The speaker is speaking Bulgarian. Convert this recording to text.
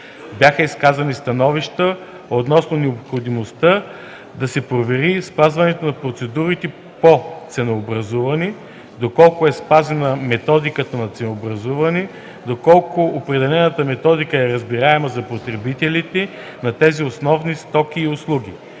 Бяха изказани становища относно необходимостта да се провери спазването на процедурите по ценообразуване, доколко е спазена методиката на ценообразуване, доколко определената методика е разбираема за потребителите на тези основни стоки и услуги.